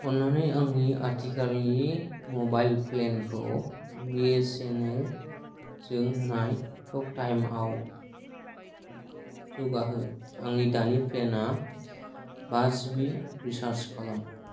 अन्नानै आंनि आथिखालनि मबाइल प्लेन खौ बि एस एन एल जों होनाय टक टाइम आव जौगाहो आंनि दानि प्लेन आ बा जिबि रिचार्ज खालाम